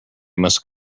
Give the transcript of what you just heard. must